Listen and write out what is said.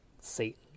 Satan